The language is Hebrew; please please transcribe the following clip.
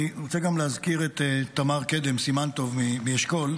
אני רוצה להזכיר גם את תמר קדם סימן טוב מאשכול,